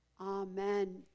Amen